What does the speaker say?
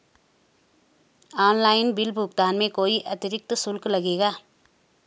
Online bill भुगतान में कोई अतिरिक्त शुल्क लगेगा?